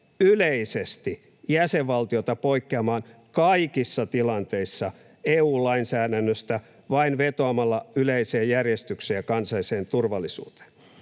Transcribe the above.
yleisesti jäsenvaltiota poikkeamaan kaikissa tilanteissa EU-lainsäädännöstä vain vetoamalla yleiseen järjestykseen ja kansalliseen turvallisuuteen.”